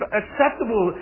acceptable